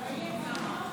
כל הכבוד לכם,